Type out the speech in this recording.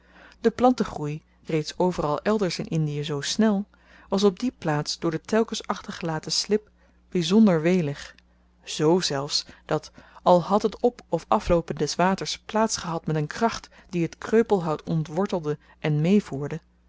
de plantengroei reeds overal elders in indie zoo snel was op die plaats door de telkens achtergelaten slib byzonder welig z zelfs dat al had het op of afloopen des waters plaats gehad met een kracht die t kreupelhout ontwortelde en meevoerde